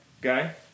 guy